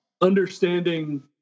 understanding